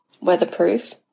weatherproof